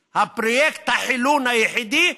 היחידי, פרויקט החילון היחידי,